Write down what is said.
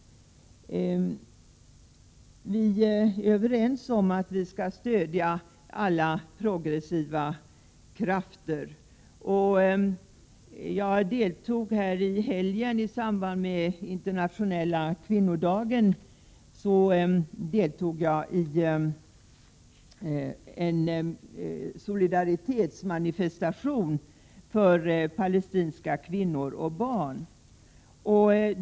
Vi är överens om att vi skall stödja alla progressiva krafter. Jag deltog i helgen, i samband med den internationella kvinnodagen, i en solidaritetsmanifestation i Aten för palestinska kvinnor och barn.